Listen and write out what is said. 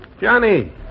Johnny